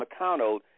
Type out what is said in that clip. McConnell